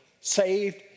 saved